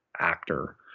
actor